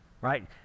right